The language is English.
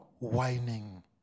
whining